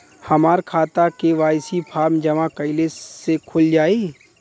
हमार खाता KYC form जमा कइले से खुल जाई?